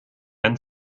and